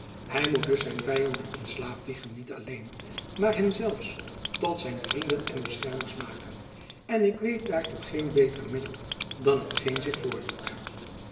hy moet dus zijn vyanden in slaap wiegen niet alleen maar hen zelfs tot zijn vrienden en beschermers maken en ik weet daartoe geen beter middel dan hetgeen zich